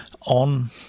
on